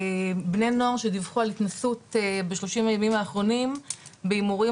בני נוער שדיווחו על התנסות בשלושים הימים האחרונים בהימורים,